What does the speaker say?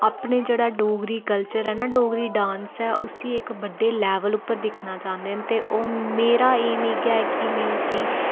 अपना जेह्ड़ा डोगरी कल्चर ऐ ना डोगरी डांस ऐ उस्सी इक बड़्डे लैवल उप्पर दिक्खना चांह्दे न ते मेरा ओह् एम ऐ कि में उस्सी